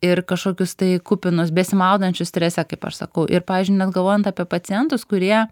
ir kažkokius tai kupinus besimaudančius strese kaip aš sakau ir pavyzdžiui net galvojant apie pacientus kurie